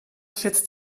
schätzt